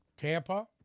Tampa